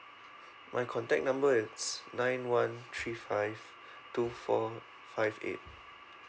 my contact number is nine one three five two four five eight